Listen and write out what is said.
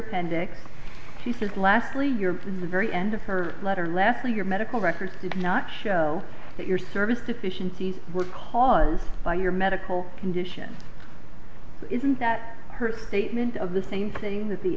appendix he said lastly you're in the very end of her letter left for your medical records did not show that your service deficiencies were caused by your medical condition isn't that her statement of the same thing that the